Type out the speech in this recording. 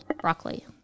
Broccoli